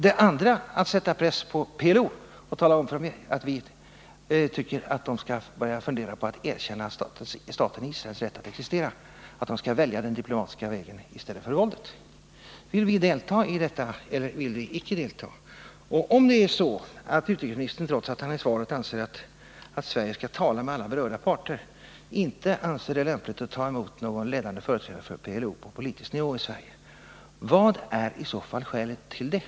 Det andra är att sätta press på PLO och tala om för PLO att vi tycker att PLO skall börja fundera på att erkänna staten Israels rätt att existera, att PLO skall välja den diplomatiska vägen i stället för våldet. Vill vi delta i detta eller vill vi icke delta? Om det är så att utrikesministern, trots att han i svaret säger att vi skall tala med alla berörda parter, inte anser det lämpligt att ta emot någon ledande företrädare för PLO på politisk nivå i Sverige, vad är i så fall skälet till detta?